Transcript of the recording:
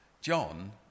John